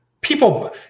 people